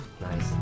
Nice